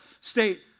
state